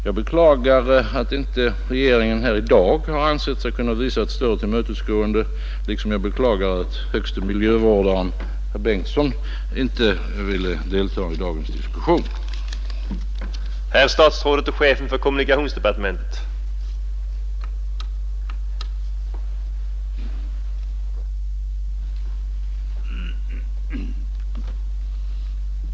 Jag beklagar att regeringen inte här i dag ansett sig kunna visa ett större tillmötesgående, liksom jag beklagar att högste miljövårdaren herr 35 Bengtsson inte ville delta i dagens diskussion.